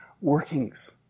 workings